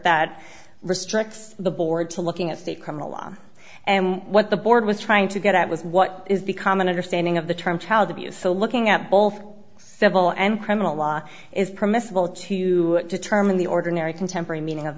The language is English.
that restricts the board to looking at state criminal law and what the board was trying to get at was what is the common understanding of the term child abuse so looking at both civil and criminal law is permissible to determine the ordinary contemporary meaning of